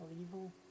evil